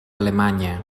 alemanya